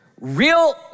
real